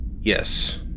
Yes